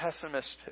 pessimistic